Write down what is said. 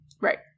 Right